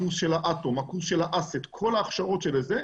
הקורס של --- כל ההכשרות של זה,